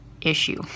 issue